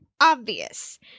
obvious